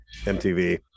MTV